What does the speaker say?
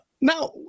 Now